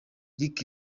lick